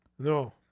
no